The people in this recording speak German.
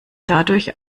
dadurch